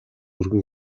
өргөн